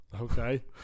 Okay